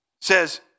says